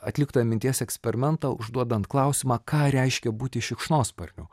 atliktą minties eksperimentą užduodant klausimą ką reiškia būti šikšnosparniu